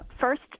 first